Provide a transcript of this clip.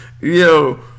Yo